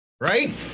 right